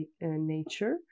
nature